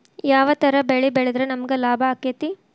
ಯಾವ ತರ ಬೆಳಿ ಬೆಳೆದ್ರ ನಮ್ಗ ಲಾಭ ಆಕ್ಕೆತಿ?